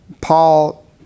Paul